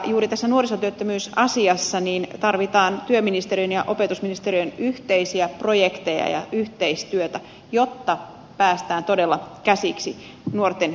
juuri tässä nuorisotyöttömyysasiassa tarvitaan työministerin ja opetusministeriön yhteisiä projekteja ja yhteistyötä jotta päästään todella käsiksi nuorten työttömyyteen